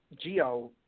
Geo